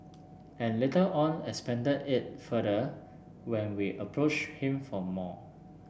and later on expanded it further when we approached him for more